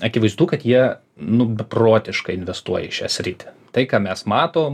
akivaizdu kad jie nu beprotiškai investuoja į šią sritį tai ką mes matom